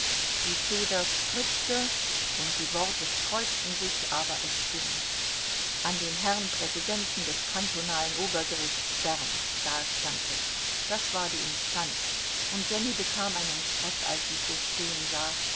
die feder spritzte und die worte sträubten sich aber es ging an den herrn präsidenten des kantonalen obergerichts bern da stand es das war die instanz und jenny bekam einen schreck als sie's so stehen sah